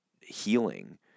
healing